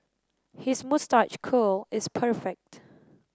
his moustache curl is perfect